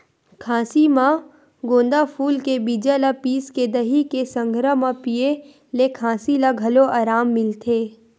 खाँसी म गोंदा फूल के बीजा ल पिसके दही के संघरा म पिए ले खाँसी म घलो अराम मिलथे